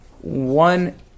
One